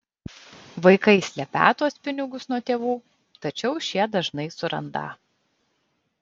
vaikai slepią tuos pinigus nuo tėvų tačiau šie dažnai surandą